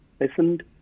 listened